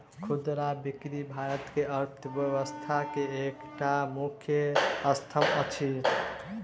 खुदरा बिक्री भारत के अर्थव्यवस्था के एकटा मुख्य स्तंभ अछि